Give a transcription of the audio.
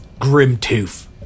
Grimtooth